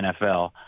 NFL